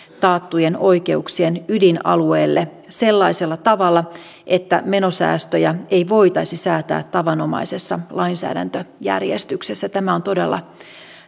taattujen oikeuksien ydinalueelle sellaisella tavalla että menosäästöjä ei voitaisi säätää tavanomaisessa lainsäädäntöjärjestyksessä tämä on todella